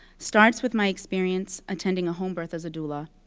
starts with my experience attending a home birth as a doula.